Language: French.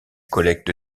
collecte